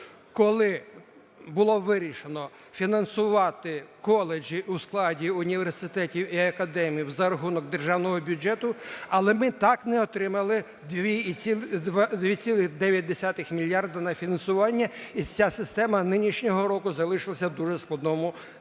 коли було вирішено фінансувати коледжі у складі університетів і академій за рахунок державного бюджету, але ми так й не отримали 2,9 мільярди на фінансування, і ця система нинішнього року залишилася в дуже складному стані.